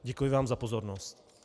Děkuji vám za pozornost.